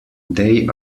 they